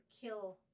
kill